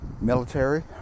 military